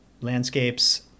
landscapes